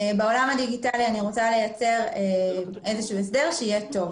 בעולם הדיגיטלי אני רוצה לייצר איזשהו הסדר שיהיה טוב.